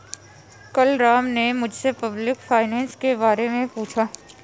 कल राम ने मुझसे पब्लिक फाइनेंस के बारे मे पूछा